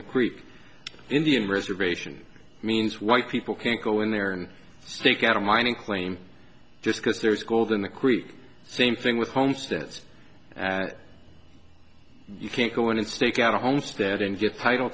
the creek indian reservation means white people can't go in there and take out a mining claim just because there's gold in the creek same thing with homes that you can't go in and stake out a homestead and get title